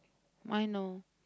why no